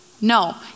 No